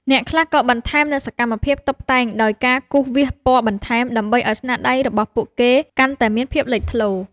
អ្នកខ្លះក៏បន្ថែមនូវសកម្មភាពតុបតែងដោយការគូរវាសពណ៌បន្ថែម ដើម្បីឱ្យស្នាដៃរបស់ពួកគេកាន់តែមានភាពលេចធ្លោ។